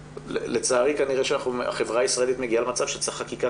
לצערי כנראה החברה הישראלית מגיעה למצב שצריך חקיקה